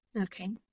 Okay